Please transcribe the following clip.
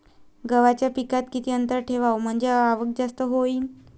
गव्हाच्या पिकात किती अंतर ठेवाव म्हनजे आवक जास्त होईन?